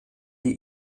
die